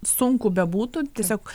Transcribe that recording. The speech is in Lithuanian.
sunku bebūtų tiesiog